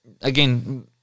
again